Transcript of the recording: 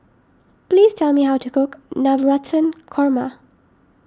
please tell me how to cook Navratan Korma